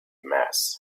mass